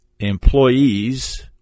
Employees